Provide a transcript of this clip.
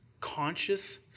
conscious